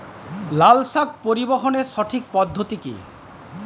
লালশাক পরিবহনের সঠিক পদ্ধতি কি?